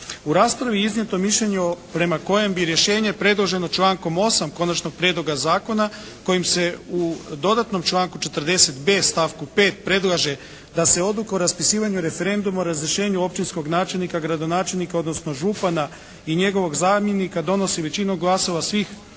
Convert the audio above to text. U raspravi je iznijeto mišljenje prema kojem bi rješenje predloženo člankom 8. Konačnog prijedloga zakona kojim se u dodatnom članku 40.b, stavku 5. predlaže da se odluka o raspisivanju referenduma, razrješenju općinskog načelnika, gradonačelnika, odnosno župana i njegovog zamjenika donosi većinom glasova